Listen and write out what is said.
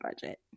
budget